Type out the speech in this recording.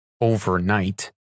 overnight